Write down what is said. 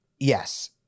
Yes